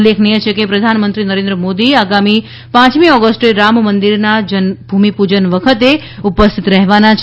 ઉલ્લેખનીય છે કે પ્રધાનમંત્રી નરેન્દ્ર મોદી મોદી આગામી પાંચમી ઓગસ્ટે રામ મંદિરના ભૂમિપૂજન વખતે ઉપસ્થિત રહેવાના છે